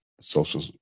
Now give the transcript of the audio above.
social